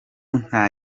nta